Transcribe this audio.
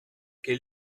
quel